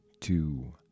two